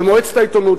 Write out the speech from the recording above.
של מועצת העיתונות,